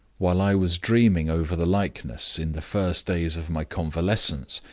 while i was dreaming over the likeness in the first days of my convalescence,